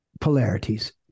Polarities